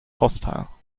hostile